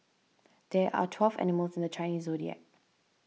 there are twelve animals in the Chinese zodiac